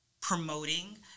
promoting